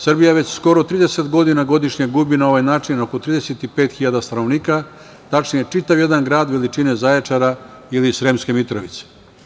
Srbija već skoro 30 godina gubi na ovaj način oko 35 hiljada stanovnika, tačnije čitav jedan grad veličine Zaječara ili Sremske Mitrovice.